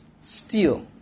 steal